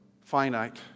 finite